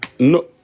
No